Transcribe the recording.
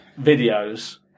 videos